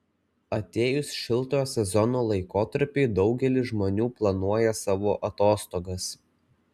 atėjus šiltojo sezono laikotarpiui daugelis žmonių planuoja savo atostogas